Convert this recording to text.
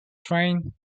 train